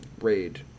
Raid